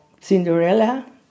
Cinderella